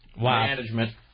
management